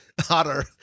hotter